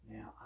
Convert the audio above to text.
Now